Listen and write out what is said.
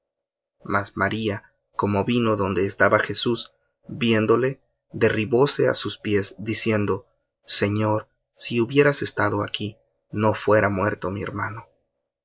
mas maría como vino donde estaba jesús viéndole derribóse á sus pies diciéndole señor si hubieras estado aquí no fuera muerto mi hermano